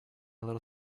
little